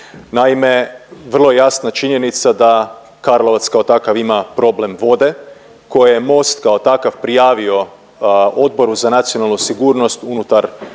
Naime, vrlo jasna činjenica da Karlovac kao takav ima problem vode koje Most kao takav prijavio Odboru za nacionalnu sigurnost unutar